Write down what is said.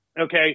okay